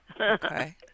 okay